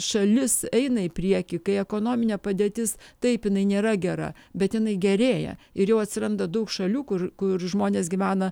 šalis eina į priekį kai ekonominė padėtis taip jinai nėra gera bet jinai gerėja ir jau atsiranda daug šalių kur kur žmonės gyvena